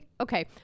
Okay